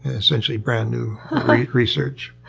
essentially, brand new like research.